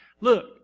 look